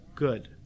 good